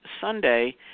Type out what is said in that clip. Sunday